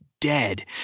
dead